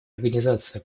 организация